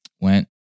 went